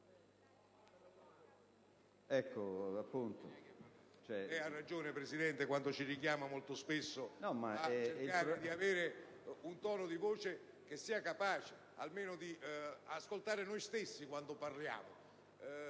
ha ragione, Presidente, quando ci richiama a cercare di avere un tono di voce tale da consentire almeno di ascoltare noi stessi quando parliamo.